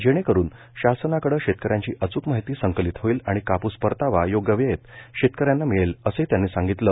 जेणेकरून शासनाकडं शेतकऱ्यांची अच्क माहिती संकलित होईल आणि कापूस परतावा योग्य वेळेत शेतकऱ्यांना मिळेल असंही त्यांनी सांगितलं